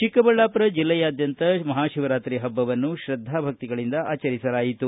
ಚಿಕ್ಕಬಳ್ಳಾಪುರ ಜಿಲ್ಲೆಯಾದ್ಯಂತ ಮಹಾಶಿವರಾತ್ರಿ ಹಬ್ಬವನ್ನು ಶ್ರದ್ಧಾಭಕ್ತಿಗಳಿಂದ ಆಚರಿಸಲಾಯಿತು